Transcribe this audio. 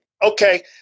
Okay